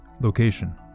Location